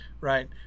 right